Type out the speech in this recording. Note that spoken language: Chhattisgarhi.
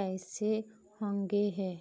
कइसे हो गे हे